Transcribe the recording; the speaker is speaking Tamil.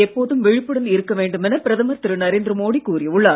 எப்போதும் விழிப்புடன் இருக்க வேண்டுமென பிரதமர் திரு நரேந்திர மோடி கூறி உள்ளார்